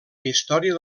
història